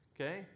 Okay